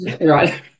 Right